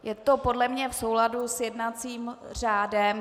Je to podle mě v souladu s jednacím řádem.